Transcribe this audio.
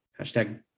Hashtag